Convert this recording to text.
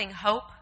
hope